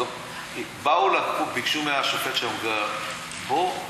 ביקשו מהשופט שמגר: בוא,